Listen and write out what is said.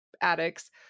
addicts